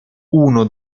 uno